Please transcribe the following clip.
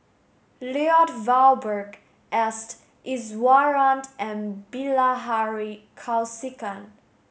Lloyd Valberg S Iswaran and Bilahari Kausikan